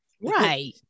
Right